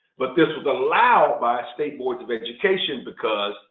but this was allowed by state boards of education because